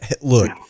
look